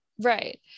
Right